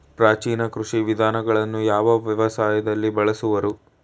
ಪ್ರಾಚೀನ ಕೃಷಿ ವಿಧಾನಗಳನ್ನು ಯಾವ ವ್ಯವಸಾಯದಲ್ಲಿ ಬಳಸುವರು?